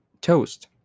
toast